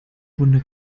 runde